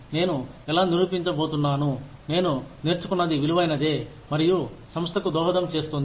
నేను ఎలా నిరూపించ పోతున్నాను నేను నేర్చుకున్నది విలువైనదే మరియు సంస్థకు దోహదం చేస్తుంది